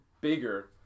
bigger